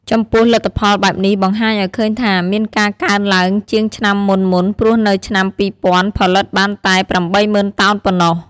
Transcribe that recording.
ចំពោះ លទ្ធផលបែបនេះបង្ហាញឲ្យឃើញថាមានការកើនឡើងជាងឆ្នាំមុនៗ ព្រោះនៅឆ្នាំ២០០០ផលិតបានតែ៨០ ០០០ តោនប៉ុណ្ណោះ។